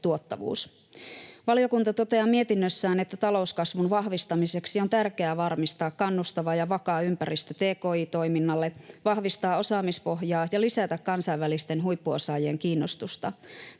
tuottavuus. Valiokunta toteaa mietinnössään, että talouskasvun vahvistamiseksi on tärkeää varmistaa kannustava sekä vakaa ympäristö tki-toiminnalle, vahvistaa osaamispohjaa ja lisätä kansainvälisten huippuosaajien kiinnostusta.